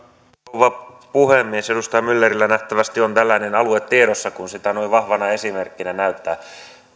rouva puhemies edustaja myllerillä nähtävästi on tällainen alue tiedossa kun sitä noin vahvana esimerkkinä näyttää